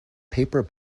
paper